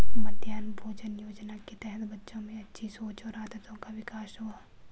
मध्याह्न भोजन योजना के तहत बच्चों में अच्छी सोच और आदतों का विकास हुआ